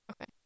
Okay